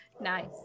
nice